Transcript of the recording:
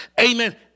Amen